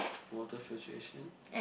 water filtration